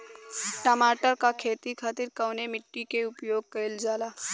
टमाटर क खेती खातिर कवने मिट्टी के उपयोग कइलजाला?